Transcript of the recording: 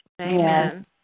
Amen